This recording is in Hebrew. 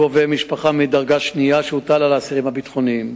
ביקור קרובי משפחה מדרגה שנייה אצל אסירים ביטחוניים.